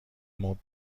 مبل